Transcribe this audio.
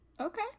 Okay